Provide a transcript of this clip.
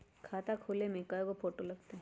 खाता खोले में कइगो फ़ोटो लगतै?